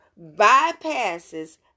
bypasses